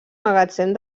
magatzem